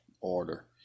order